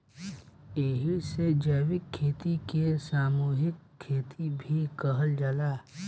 एही से जैविक खेती के सामूहिक खेती भी कहल जाला